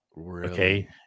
Okay